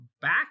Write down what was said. back